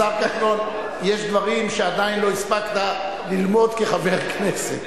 יש דברים שעדיין לא הספקת ללמוד כחבר כנסת.